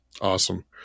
Awesome